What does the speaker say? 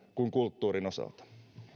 kuin kulttuurin osalta